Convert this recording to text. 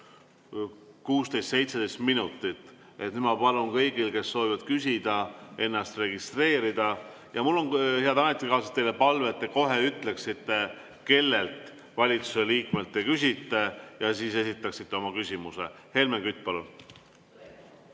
minutit. Nüüd ma palun kõigil, kes soovivad küsida, ennast registreerida ja mul on, head ametikaaslased, teile ka palve, et te kohe ütleksite, milliselt valitsuse liikmelt te küsite, ja siis esitaksite oma küsimuse. Helmen Kütt, palun!